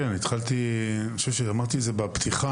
כן, אני חושב שכבר אמרתי זאת בפתיחה.